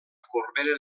corbera